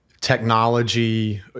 technology